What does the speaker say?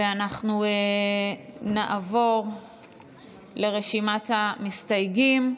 אנחנו נעבור לרשימת המסתייגים.